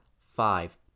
five